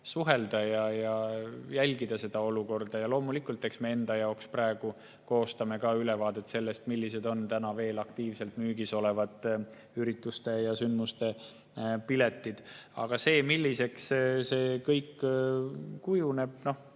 suhelda ja olukorda jälgida. Loomulikult, eks me enda jaoks ka praegu koostame ülevaadet sellest, millised on täna veel aktiivselt müügis olevate ürituste ja sündmuste piletid. Aga milliseks see kõik kujuneb? Eks